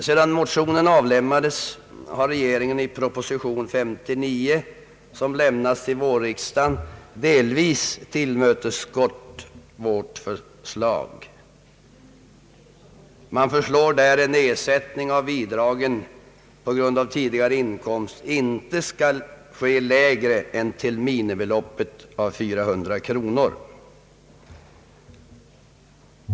Sedan motionen avlämnades har regeringen i proposition nr 59, som avgavs till vårriksdagen, delvis tillmötesgått vår hemställan. Det föreslås i den att nedsättning av bidragen på grund av tidigare inkomst inte skall ske lägre än till minimibeloppet 400 kronor.